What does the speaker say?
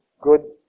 good